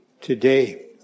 today